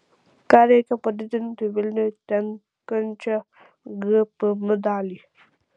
ar reikia padidinti vilniui tenkančią gpm dalį